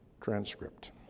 transcript